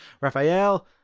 Raphael